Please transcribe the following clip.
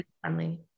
friendly